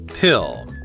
pill